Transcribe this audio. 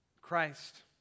Christ